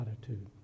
attitude